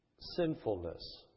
sinfulness